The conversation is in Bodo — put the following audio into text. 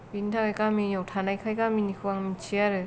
बेनि थाखाय गामियाव थानायखाय गामिनिखौ आं मिन्थियो आरो